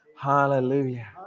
Hallelujah